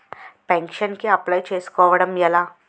Pension కి apply చేసుకోవడం ఎలా?